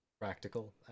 practical